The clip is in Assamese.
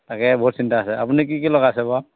তাকে বৰ চিন্তা হৈছে আপুনি কি কি লগা আছে বৰু